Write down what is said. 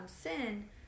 sin